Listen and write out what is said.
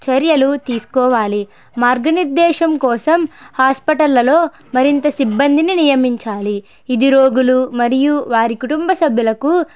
చర్యలు తీసుకోవాలి మార్గనిర్దేశం కోసం హాస్పిటళ్లలో మరింత సిబ్బందిని నియమించాలి ఇది రోగులు మరియు వారి కుటుంబ సభ్యులకు